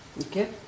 Okay